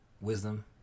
wisdom